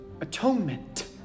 Atonement